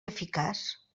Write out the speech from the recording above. eficaç